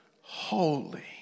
Holy